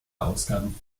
ausgaben